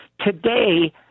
Today